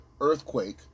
Earthquake